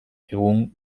egun